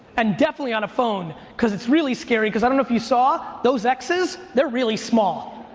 and definitely on a phone cause it's really scary cause i don't know if you saw those x's, they're really small,